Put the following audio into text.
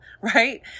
Right